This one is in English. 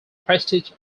prestige